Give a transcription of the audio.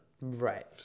Right